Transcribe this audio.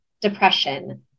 depression